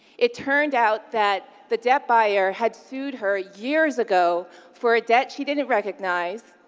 it turned out that the debt buyer had sued her years ago for a debt she didn't recognize,